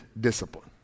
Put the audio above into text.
discipline